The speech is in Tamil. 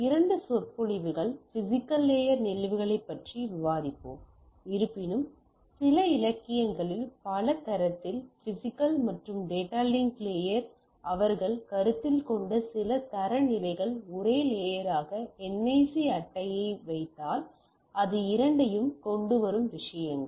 இரண்டு சொற்பொழிவுகள் பிசிக்கல் லேயர் நிகழ்வுகளைப் பற்றி விவாதிப்போம் இருப்பினும் சில இலக்கியங்களில் பல தரத்தில் பிசிக்கல் மற்றும் டேட்டா லிங்க் லேயர் அவர்கள் கருத்தில் கொண்ட சில தரநிலைகள் ஒரே லேயராக NIC அட்டையை வைத்தால் அது இரண்டையும் கொண்டு வரும் விஷயங்கள்